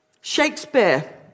Shakespeare